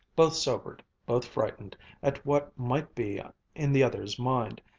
both sobered, both frightened at what might be in the other's mind,